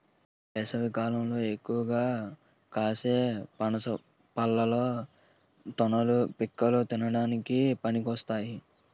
వేసవికాలంలో ఎక్కువగా కాసే పనస పళ్ళలో తొనలు, పిక్కలు తినడానికి పనికొస్తాయి